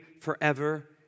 forever